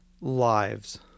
lives